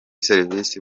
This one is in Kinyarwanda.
serivisi